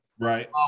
Right